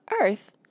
earth